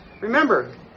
Remember